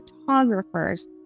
photographers